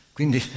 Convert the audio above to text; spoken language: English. Quindi